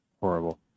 horrible